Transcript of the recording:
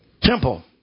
temple